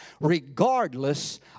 regardless